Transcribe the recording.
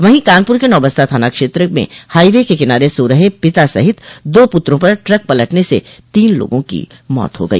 वहीं कानपुर के नौबस्ता थाना क्षेत्र में हाईवे के किनारे सो रहे पिता सहित दो पुत्रों पर ट्रक पलटने से तीन लोगों की मौत हो गई